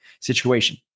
situation